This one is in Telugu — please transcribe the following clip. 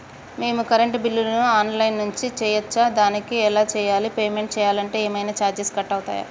మేము కరెంటు బిల్లును ఆన్ లైన్ నుంచి చేయచ్చా? దానికి ఎలా చేయాలి? పేమెంట్ చేయాలంటే ఏమైనా చార్జెస్ కట్ అయితయా?